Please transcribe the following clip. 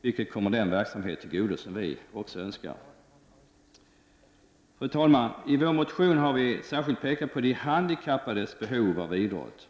De pengarna kommer den verksamheten till godo som vi önskar stödja. Fru talman! I miljöpartiets motion har vi särskilt pekat på de handikappades behov av idrott.